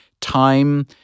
time